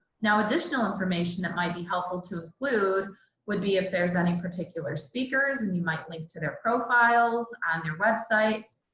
now additional information that might be helpful to include would be if there's any particular speakers and you might link to their profiles on their websites.